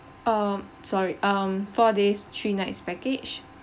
um sorry um four days three nights package